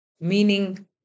Meaning